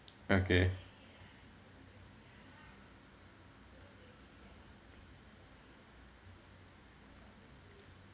okay